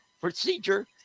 procedure